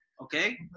okay